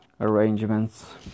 arrangements